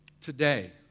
Today